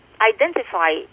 identify